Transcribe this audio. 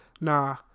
Nah